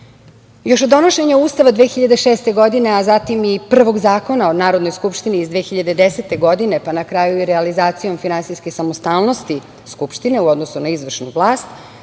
od donošenja Ustava 2006. godine, a zatim i prvog Zakona o Narodnoj skupštini iz 2010. godine, pa na kraju i realizacijom finansijske samostalnosti Skupštine u odnosu na izvršnu vlast,